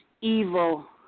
evil